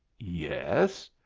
yes.